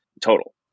total